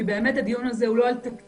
כי הדיון הזה הוא לא על תקציב,